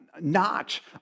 notch